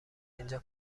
اینجا